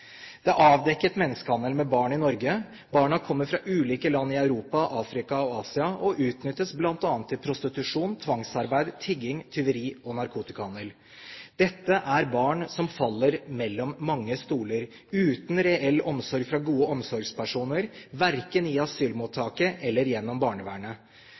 Det er avdekket menneskehandel med barn i Norge. Barna kommer fra ulike land i Europa, Afrika og Asia og utnyttes bl.a. til prostitusjon, tvangsarbeid, tigging, tyveri og narkotikahandel. Dette er barn som faller mellom mange stoler, uten reell omsorg fra gode omsorgspersoner verken i asylmottaket eller gjennom barnevernet.